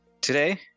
Today